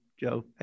Joe